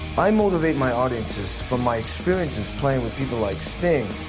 i motivate my audiences from my experiences playing with people like sting,